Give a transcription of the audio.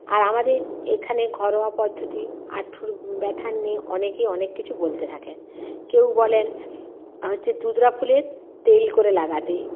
আর আমাদের এখানে ঘরোয়া পদ্ধতি হাঁটুর ব্যথা নিয়ে অনেকেই অনেক কিছু বলতে থাকেন কেউ বলেন হচ্ছে ধুতরা ফুলের তেল করে লাগাতে